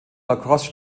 lacrosse